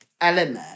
element